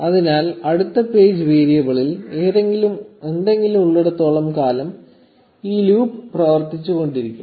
അതിനാൽ അടുത്ത പേജ് വേരിയബിളിൽ എന്തെങ്കിലും ഉള്ളിടത്തോളം കാലം ഈ ലൂപ്പ് പ്രവർത്തിച്ചുകൊണ്ടിരിക്കും